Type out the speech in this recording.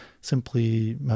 simply